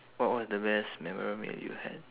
what was the best memorable meal you had